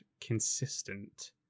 consistent